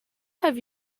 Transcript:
have